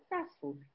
successful